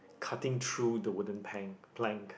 cutting through the wooden plank plank